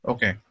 Okay